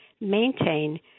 maintain